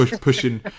pushing